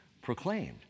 proclaimed